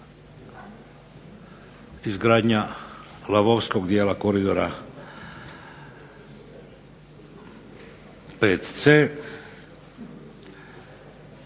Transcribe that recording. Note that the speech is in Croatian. izgradnja lavovskog dijela koridora VC.